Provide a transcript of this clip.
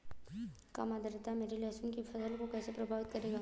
कम आर्द्रता मेरी लहसुन की फसल को कैसे प्रभावित करेगा?